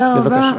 תושבות.